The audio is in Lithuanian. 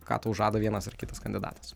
ką tau žada vienas ar kitas kandidatas